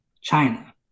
China